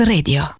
Radio